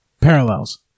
Parallels